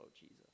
Jesus